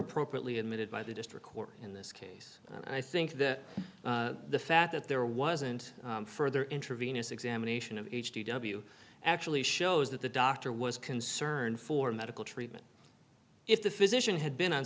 appropriately admitted by the district court in this case and i think that the fact that there wasn't further intravenous examination of h d w actually shows that the doctor was concerned for medical treatment if the physician had been on